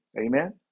Amen